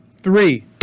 three